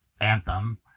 anthem